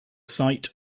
site